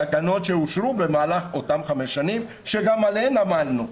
תקנות שאושרו במהלך אותן חמש שנים שגם עליהן עמלנו,